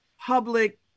public